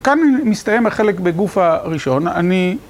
כאן מסתיים החלק בגוף הראשון, אני...